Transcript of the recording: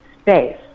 space